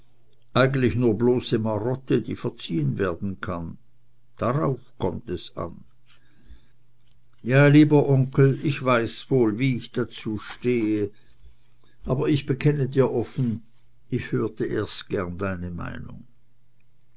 eigentlich nur bloße marotte die verziehen werden kann darauf kommt es an ja lieber onkel ich weiß wohl wie ich dazu stehe aber ich bekenne dir offen ich hörte gern erst deine meinung